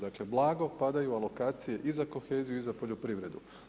Dakle blago padaju alokacije i za koheziju i za poljoprivredu.